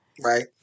Right